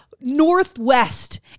northwest